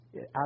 out